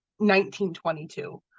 1922